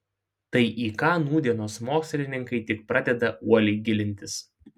tai į ką nūdienos mokslininkai tik pradeda uoliai gilintis